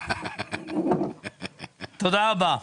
תודה רבה.